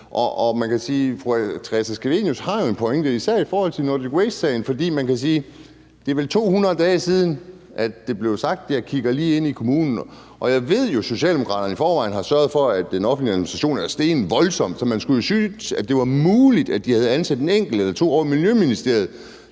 Og man kan sige, at fru Theresa Scavenius jo har en pointe, især i forhold til Nordic Waste-sagen, for det er vel 200 dage siden, det blev sagt, at man lige ser på det i forhold til kommunen. Og jeg ved jo, at Socialdemokraterne i forvejen har sørget for, at den offentlige administration er steget voldsomt, så man skulle jo synes, at det var muligt, at de havde ansat en enkelt eller to ovre i Miljøministeriet,